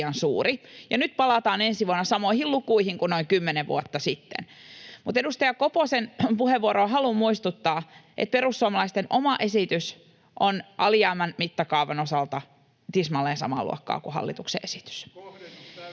palataan samoihin lukuihin kuin noin 10 vuotta sitten. Mutta edustaja Koposen puheenvuoroon haluan muistuttaa, että perussuomalaisten oma esitys on alijäämän mittakaavan osalta tismalleen samaa luokkaa kuin hallituksen esitys.